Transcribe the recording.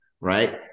right